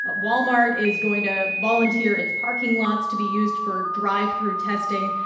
ah walmart is going to volunteer its parking lots to be used for drive-thru testing.